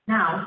Now